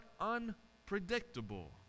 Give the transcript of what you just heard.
unpredictable